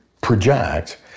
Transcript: project